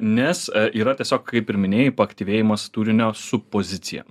nes yra tiesiog kaip ir minėjai paaktyvėjimas turinio su pozicija